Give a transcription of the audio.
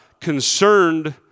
concerned